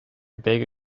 beg